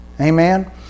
Amen